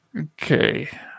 Okay